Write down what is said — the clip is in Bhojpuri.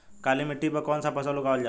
काली मिट्टी पर कौन सा फ़सल उगावल जाला?